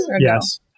Yes